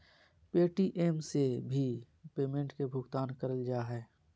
Paytm से भी payment के भुगतान करल जा हय